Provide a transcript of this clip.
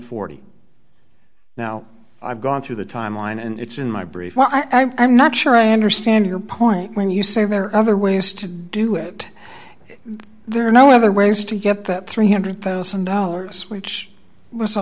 forty now i've gone through the timeline and it's in my brief well i'm not sure i understand your point when you say there are other ways to do it if there are no other ways to get that three hundred thousand dollars which was a